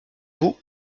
vous